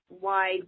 wide